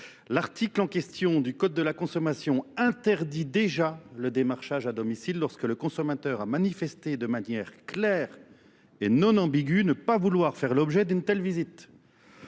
L'article en question du Code de la consommation interdit déjà le démarchage à domicile lorsque le consommateur a manifesté de manière claire et non ambigüe ne pas vouloir faire l'objet d'une telle visite.